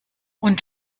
und